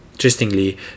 Interestingly